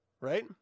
right